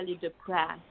depressed